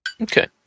Okay